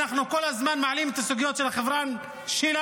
אנחנו כל הזמן מעלים את הסוגיות של החברה שלנו,